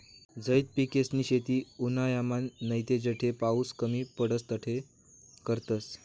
झैद पिकेसनी शेती उन्हायामान नैते जठे पाऊस कमी पडस तठे करतस